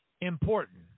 important